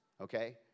okay